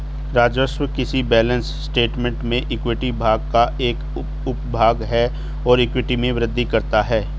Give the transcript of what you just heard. राजस्व किसी balance statement में इक्विटी भाग का एक उपभाग है और इक्विटी में वृद्धि करता है